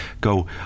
go